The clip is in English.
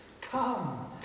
Come